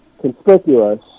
conspicuous